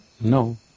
No